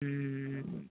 ಹ್ಞೂ